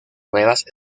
nuevas